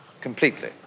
completely